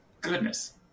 Goodness